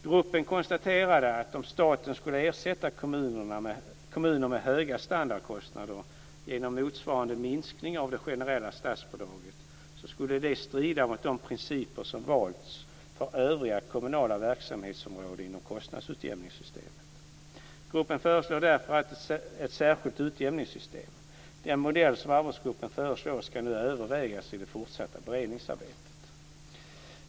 Gruppen konstaterade att om staten skulle ersätta kommuner med höga standardkostnader genom motsvarande minskning av det generella statsbidraget skulle det strida mot de principer som valts för övriga kommunala verksamhetsområden i kostnadsutjämningssystemet. Gruppen föreslår därför ett särskilt utjämningssystem. Den modell som arbetsgruppen föreslår ska nu övervägas i det fortsatta beredningsarbetet.